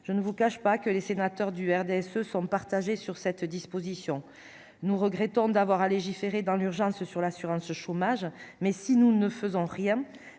je ne vous cache pas que les sénateurs du RDSE sont partagés sur cette disposition, nous regrettons d'avoir à légiférer dans l'urgence sur l'assurance chômage, mais si nous ne faisons rien,